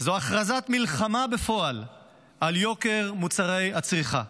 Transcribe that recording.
זו הכרזת מלחמה בפועל על יוקר מוצרי הצריכה,